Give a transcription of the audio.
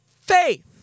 faith